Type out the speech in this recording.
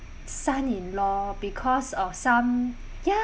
son in law because of some ya